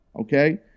okay